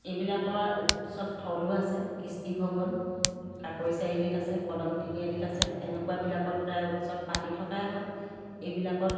এইবিলাকৰ উৎসৱস্থলো আছে কৃষ্টি ভৱন কাকৈ চাৰিআলিত আছে কদম তিনিআলিত অছে এনেকুৱাবিলাকত প্ৰায় উৎসৱ পাতি থকাই হয় এইবিলাকত